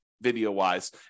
video-wise